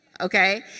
Okay